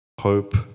hope